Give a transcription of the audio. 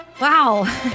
Wow